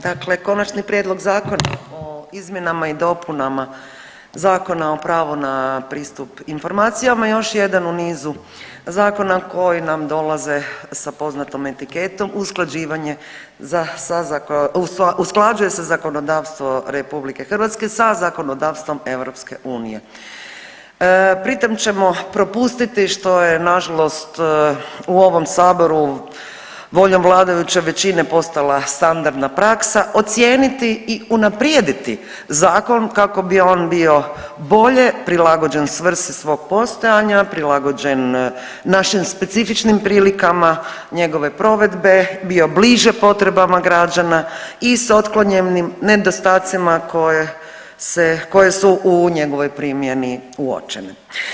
Dakle, Konačni prijedlog Zakona o izmjenama i dopunama Zakona na pristup informacijama još je jedan u nizu zakona koji nam dolaze sa poznatom etiketom usklađuje se zakonodavstvo RH sa zakonodavstvom EU, pri tom ćemo propustiti što je nažalost u ovom saboru voljom vladajuće većine postala standardna praksa, ocijeniti i unaprijediti zakon kako bi on bio bolje prilagođen svrsi svog postojanja, prilagođen našim specifičnim prilikama njegove provedbe bio bliže potrebama građana i s otklonjenim nedostacima koji su u njegovoj primjeni uočeni.